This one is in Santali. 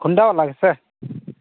ᱦᱳᱱᱰᱟ ᱵᱟᱞᱟ ᱜᱮ ᱥᱮ